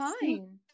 fine